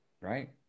right